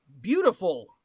beautiful